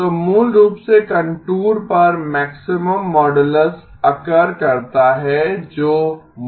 तो मूल रूप से कंटूर पर मैक्सिमम मोडुलस अकर करता है जो है